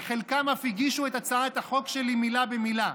וחלקם אף הגישו את הצעת החוק שלי מילה במילה.